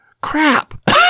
crap